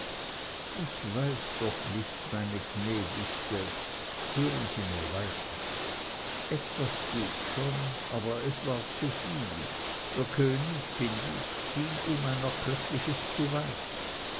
ich weiß doch nicht meine gnädigste hören sie nur weiter etwas geht schon aber es war zuviel der könig find ich ging um ein erkleckliches zu weit